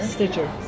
Stitcher